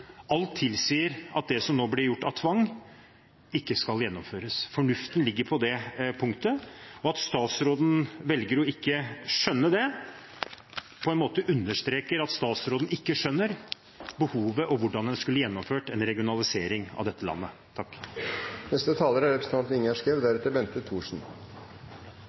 Alt tilsier at det som nå blir gjort med tvang, ikke skal gjennomføres. Fornuften ligger på det punktet. Og at statsråden velger ikke å skjønne det, understreker på en måte at statsråden ikke skjønner behovet for og hvordan en skulle gjennomført en regionalisering av dette landet.